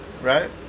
Right